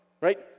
Right